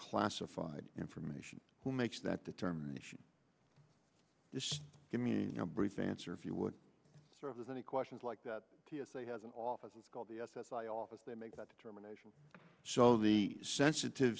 classified information who makes that determination just give me a brief answer if you would sort of any questions like that t s a has an office called the s s a office they make that determination so the sensitive